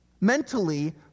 mentally